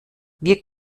wir